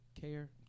care